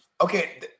Okay